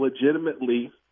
legitimately